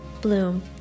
bloom